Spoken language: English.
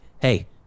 hey